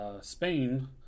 Spain